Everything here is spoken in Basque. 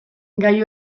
gai